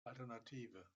alternative